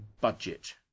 budget